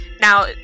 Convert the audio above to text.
Now